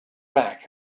back